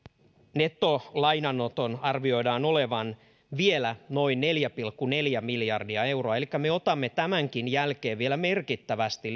nettolainanoton arvioidaan olevan vielä noin neljä pilkku neljä miljardia euroa elikkä me otamme tämänkin jälkeen vielä merkittävästi